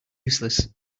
useless